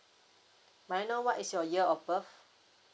may I know what is your year of birth